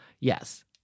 Yes